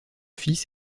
fils